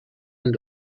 and